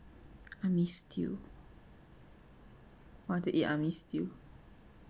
army stew want to eat army stew